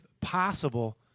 possible